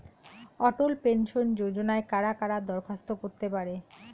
অটল pension যোজনায় কারা কারা দরখাস্ত করতে পারে?